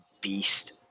beast